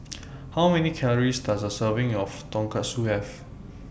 How Many Calories Does A Serving of Tonkatsu Have